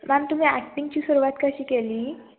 ma'am तुम्ही ॲक्टिंगची सुरुवात कशी केली